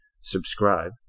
Subscribe